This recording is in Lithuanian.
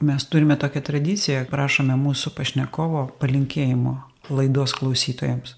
mes turime tokią tradiciją prašome mūsų pašnekovo palinkėjimo laidos klausytojams